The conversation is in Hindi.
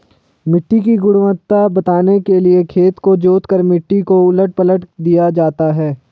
मिट्टी की गुणवत्ता बढ़ाने के लिए खेत को जोतकर मिट्टी को उलट पलट दिया जाता है